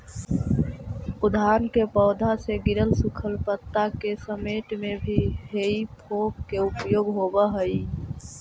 उद्यान के पौधा से गिरल सूखल पता के समेटे में भी हेइ फोक के उपयोग होवऽ हई